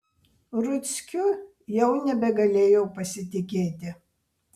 ruckiu jau nebegalėjau pasitikėti